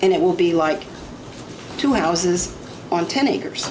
and it will be like two houses on ten acres